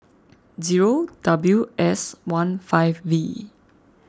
zero W S one five V